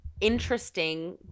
interesting